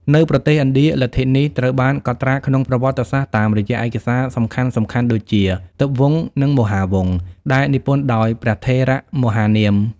នៅប្រទេសឥណ្ឌា លទ្ធិនេះត្រូវបានកត់ត្រាក្នុងប្រវត្តិសាស្ត្រតាមរយៈឯកសារសំខាន់ៗដូចជា ទិបវង្ស និង មហាវង្ស ដែលនិពន្ធដោយ ព្រះថេរមហានាម។